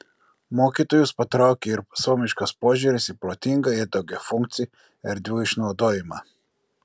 mokytojus patraukė ir suomiškas požiūris į protingą ir daugiafunkcį erdvių išnaudojimą